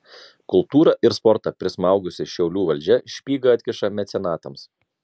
kultūrą ir sportą prismaugusi šiaulių valdžia špygą atkiša mecenatams